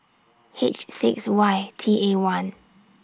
H six Y T A one